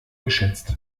geschätzt